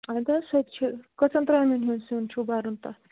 اَدٕ حظ سۄ تہِ چھِ کٔژَن ترامٮ۪ن ہُنٛد سیُن چھُو بَرُن تَتھ